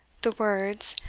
the words,